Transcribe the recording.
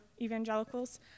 evangelicals